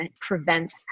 prevent